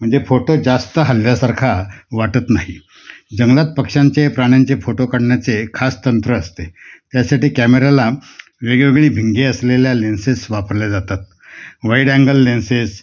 म्हणजे फोटो जास्त हलल्यासारखा वाटत नाही जंगलात पक्षांचे प्राण्यांचे फोटो काढण्याचे खास तंत्र असते त्यासाठी कॅमेऱ्याला वेगवेगळी भिंगे असलेल्या लेन्सेस वापरल्या जातात वाईड अँगल लेन्सेस